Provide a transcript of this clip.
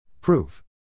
Proof